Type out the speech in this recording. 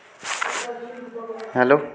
hello